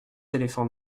éléphants